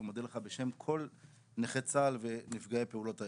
ומודה לך בשם כל נכי צה"ל ונפגעי פעולות האיבה.